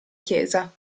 chiesa